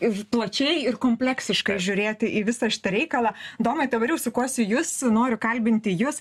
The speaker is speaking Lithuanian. ir plačiai ir kompleksiškai žiūrėti į visą šitą reikalą domai dabar jau sukuosi į jus noriu kalbinti jus